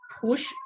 push